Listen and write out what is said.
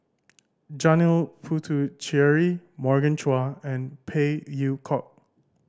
Janil Puthucheary Morgan Chua and Phey Yew Kok